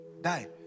die